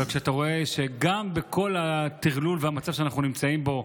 אבל אתה רואה שגם בכל הטרלול והמצב שאנחנו נמצאים בו,